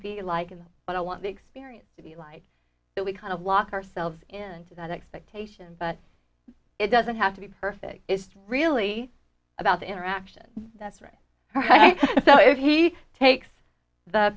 be like and what i want the experience to be like that we kind of lock ourselves into that expectation but it doesn't have to be perfect it's really about the interaction that's right so if he takes the